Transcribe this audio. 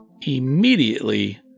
immediately